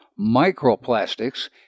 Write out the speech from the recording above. microplastics